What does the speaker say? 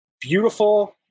beautiful